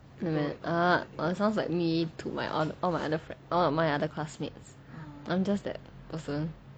sounds like me to my other classmates I'm just that person